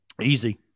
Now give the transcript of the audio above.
Easy